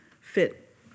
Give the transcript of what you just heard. fit